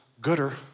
gooder